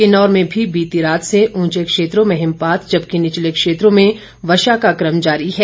किन्नौर में भी बीती रात से उंचे क्षेत्रों में हिमपात जबकि निचले क्षेत्रों में बर्षा का कम जारी है